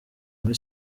muri